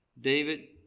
David